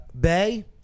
Bay